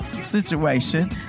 situation